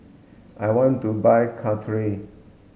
I want to buy Caltrate